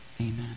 amen